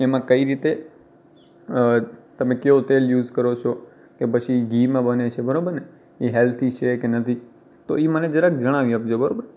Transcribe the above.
એમાં કઈ રીતે અ તમે કયો તેલ યુઝ કરો છો કે પછી ઘીમાં બને છે બરાબર ને કે એ હેલ્ધી છે કે નથી તો એ મને જણાવી આપજો બરાબર